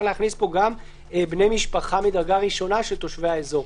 להכניס פה גם בני משפחה מדרגה ראשונה של תושבי האזור.